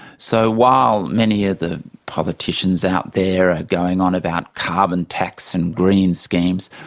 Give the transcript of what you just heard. so while many of the politicians out there are going on about carbon tax and green schemes,